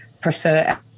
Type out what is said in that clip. prefer